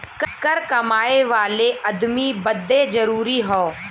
कर कमाए वाले अदमी बदे जरुरी हौ